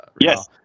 Yes